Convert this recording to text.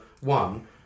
one